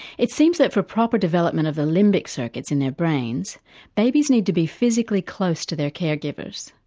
it seems that for proper development of the limbic circuits in their brains babies need to be physically close to their care-givers.